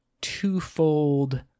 twofold